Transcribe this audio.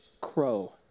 crow